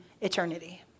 eternity